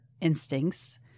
instincts